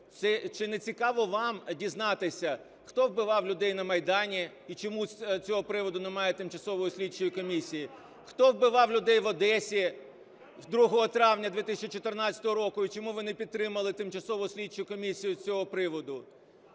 чи не цікаво вам дізнатися, хто вбивав людей на Майдані і чомусь з цього приводу немає тимчасової слідчої комісії, хто вбивав людей в Одесі 2 травня 2014 року і чому ви не підтримали тимчасову слідчу комісію з цього приводу?